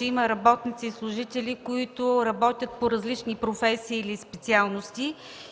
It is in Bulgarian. има работници и служители, които работят по различни професии или специалности